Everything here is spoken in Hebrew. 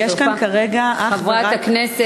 חברת הכנסת,